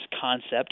concept